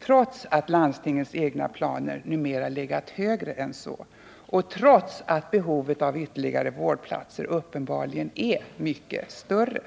trots att landstingens egna planer numera legat högre än så och trots att behovet av ytterligare vårdplatser uppenbarligen är mycket större.